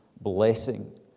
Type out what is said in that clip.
blessing